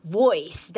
voice